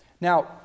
now